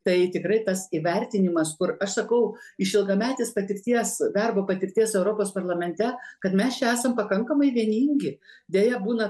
tai tikrai tas įvertinimas kur aš sakau iš ilgametės patirties darbo patirties europos parlamente kad mes čia esam pakankamai vieningi deja būna